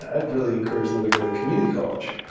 i'd really encourage them to go to community college.